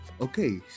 Okay